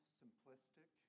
simplistic